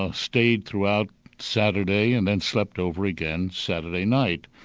ah stayed throughout saturday and then slept over again saturday night.